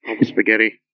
Spaghetti